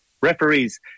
referees